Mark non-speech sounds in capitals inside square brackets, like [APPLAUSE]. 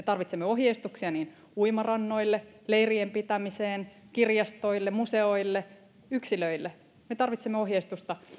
[UNINTELLIGIBLE] tarvitsemme ohjeistuksia niin uimarannoille leirien pitämiseen kirjastoille museoille yksilöille me tarvitsemme ohjeistusta